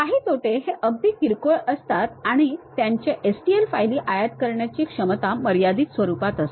काही तोटे हे अगदी किरकोळ असतात आणि त्यांची STL फायली आयात करण्याची क्षमता मर्यादित स्वरूपात असते